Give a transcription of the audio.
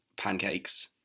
pancakes